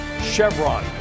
Chevron